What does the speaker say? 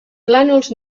plànols